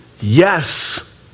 Yes